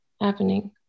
happening